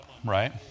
Right